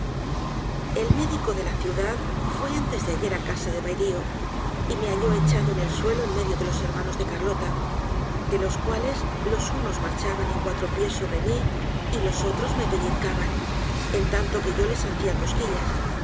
el médico de la ciudad fue antes de ayer á casa del bailio y me halló echado en el suelo en medio de los hermanos de carlota délos cuales los unos marchaban en cuatro pies sobre mí y los otros me pellizcaban en tanto que'yo les hacia cosquillas